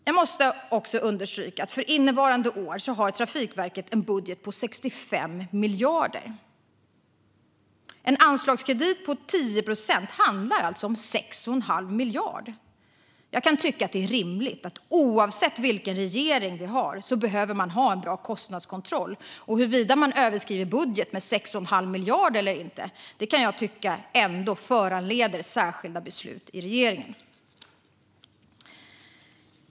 Jag måste också understryka att för innevarande år har Trafikverket en budget på 65 miljarder. En anslagskredit på 10 procent handlar alltså om 6,5 miljarder. Jag kan tycka att det är rimligt. Oavsett vilken regering vi har behöver man ha en bra kostnadskontroll. Om man sedan överskrider budgeten med 6,5 miljarder kan jag tycka att det ändå föranleder särskilda beslut i regeringen.